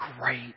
great